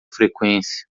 frequência